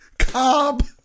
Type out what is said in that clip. cob